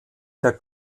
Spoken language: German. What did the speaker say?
der